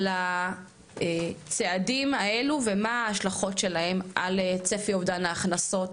על הצעדים האלו ומה ההשלכות שלהם על צפי אובדן ההכנסות,